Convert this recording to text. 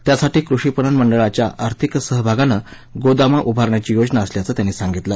त्यासाठी कृषीपणन मंडळाच्या आर्थिक सहभागानं गोदाम उभारण्याची योजना असल्याचं त्यांनी सांगितलं